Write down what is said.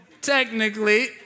technically